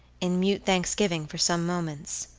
in mute thanksgiving for some moments.